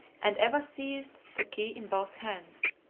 and eva seized the key in both hands.